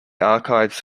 archives